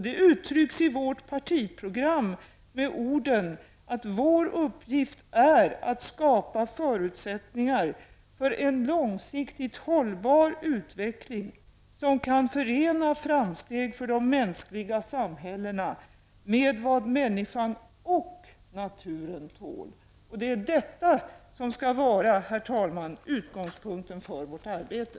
Det uttrycks i vårt partiprogram med orden: Vår uppgift är att skapa förutsättningar för en långsiktigt hållbar utveckling, som kan förena framsteg för de mänskliga samhällena med vad människan och naturen tål. Det är detta, herr talman, som skall vara utgångspunkten för vårt arbete.